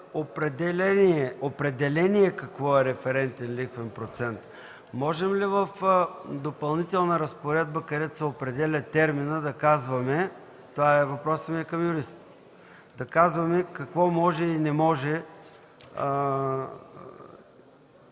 определение – какво е „референтен лихвен процент”. Можем ли в Допълнителната разпоредба, където се определя терминът – въпросът ми е към юристите, да казваме какво може или не може